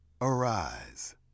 arise